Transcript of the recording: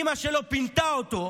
אימא שלו פינתה אותו,